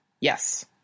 Yes